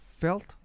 felt